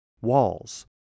walls